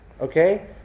okay